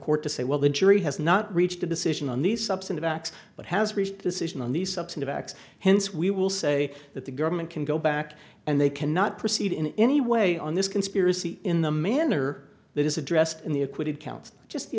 court to say well the jury has not reached a decision on these substantive acts but has reached decision on the subset of x hence we will say that the government can go back and they cannot proceed in any way on this conspiracy in the manner that is addressed in the acquitted count just the